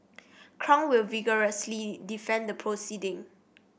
crown will vigorously defend the proceeding